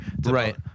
Right